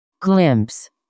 glimpse